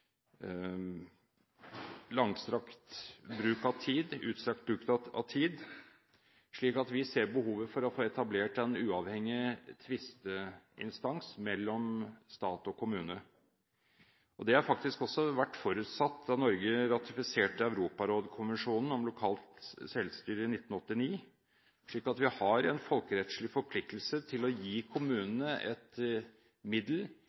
utstrakt bruk av tid. Vi ser behovet for å få etablert en uavhengig tvisteinstans mellom stat og kommune. Det var faktisk også forutsatt da Norge ratifiserte europarådskonvensjonen om lokalt selvstyre i 1989. Så vi har en folkerettslig forpliktelse til å gi kommunene et middel